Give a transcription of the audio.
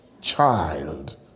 child